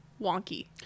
wonky